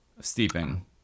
steeping